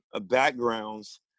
backgrounds